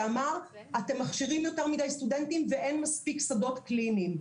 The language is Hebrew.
שאמר שאנחנו מכשירים יותר מידי סטודנטים ואין מספיק שדות קליניים.